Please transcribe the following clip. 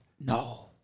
No